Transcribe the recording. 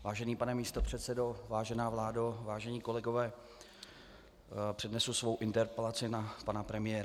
Vážený pane místopředsedo, vážená vládo, vážené kolegyně a kolegové, přednesu svou interpelaci na pana premiéra.